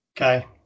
Okay